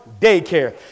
daycare